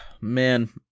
Man